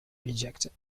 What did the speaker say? rejected